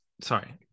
Sorry